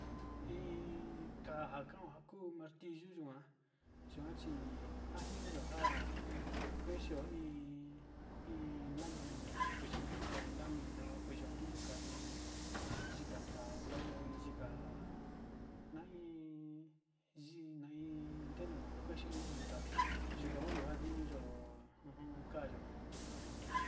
Iin kanja kanonja kuu kuu martillo njuan yuachi njaniyo nja kuxhio iin, iin lamina yó kuexhio yikan iin lamina kueyo nruyo tain yika tabla yo iin yika nain yii ain ndeno kuexhio iin nruyu ka'a yukan ho nriyo yó ujun ka'a yikua.